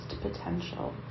potential